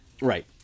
Right